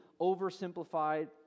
oversimplified